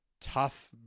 tough